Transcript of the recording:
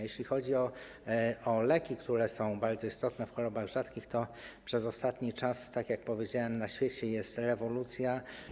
Jeśli chodzi o leki, które są bardzo istotne w chorobach rzadkich, to w ostatnim czasie, tak jak powiedziałem, na świecie trwa rewolucja.